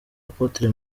apotre